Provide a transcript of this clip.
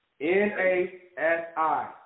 N-A-S-I